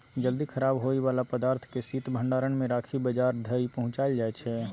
जल्दी खराब होइ बला पदार्थ केँ शीत भंडारण मे राखि बजार धरि पहुँचाएल जाइ छै